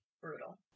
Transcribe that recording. brutal